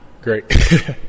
Great